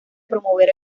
promover